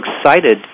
excited